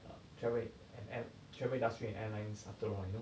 um travel and air travel industry and airlines after all you know